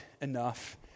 enough